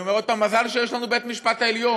אני אומר עוד פעם: מזל שיש לנו בית-המשפט העליון